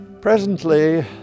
presently